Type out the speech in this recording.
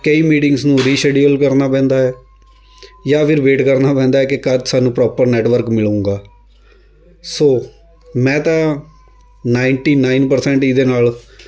ਕਈ ਮੀਟਿੰਗਸ ਨੂੰ ਰੀਸ਼ਡਊਲ ਕਰਨਾ ਪੈਂਦਾ ਹੈ ਜਾਂ ਫਿਰ ਵੇਟ ਕਰਨਾ ਪੈਂਦਾ ਹੈ ਕਿ ਕਦ ਸਾਨੂੰ ਪਰੋਪਰ ਨੈਟਵਰਕ ਮਿਲੇਗਾ ਸੋ ਮੈਂ ਤਾਂ ਨਾਈਨਟੀ ਨਾਈਨ ਪ੍ਰਸੈਂਟ ਇਹਦੇ ਨਾਲ਼